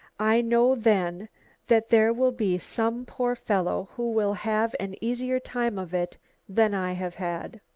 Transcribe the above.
i know then that there will be some poor fellow who will have an easier time of it than i have had.